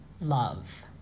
Love